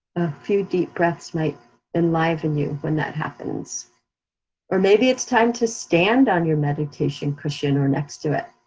few deep breaths might enliven you when that happens or maybe, it's time to stand on your meditation cushion or next to it.